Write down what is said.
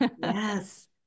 Yes